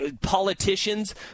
politicians